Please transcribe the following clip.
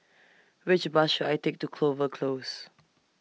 Which Bus should I Take to Clover Close